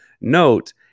note